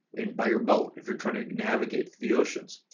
in by your boat if you're trying to navigate the oceans.